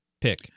pick